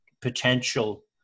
potential